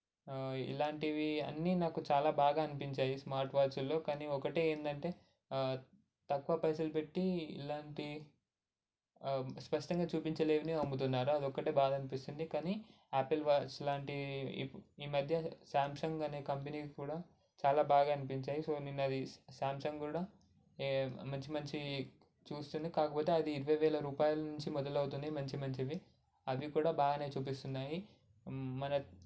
ఇలాంటివి అన్ని నాకు చాలా బాగా అనిపించాయి స్మార్ట్ వాచుల్లో కానీ ఒకటే ఏంటంటే తక్కువ పైసలు పెట్టి ఇలాంటివి స్పష్టంగా చూపించలేవిని అమ్ముతున్నారు అది ఒక్కటే బాధ అనిపిస్తుంది కానీ ఆపిల్ వాచ్లు లాంటివి ఈమధ్య సాంసంగ్ అనే కంపెనీ కూడా చాలా బాగా అనిపించాయి సో నిన్నది సామ్సంగ్ కూడా మంచి మంచి చూస్తుంది కాకపోతే అది ఇరవై వేల రూపాయల నుంచి మొదలవుతుంది మంచి మంచివి అవి కూడా బాగానే చూపిస్తున్నాయి మనకి